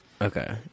Okay